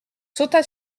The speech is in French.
sauta